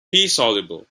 soluble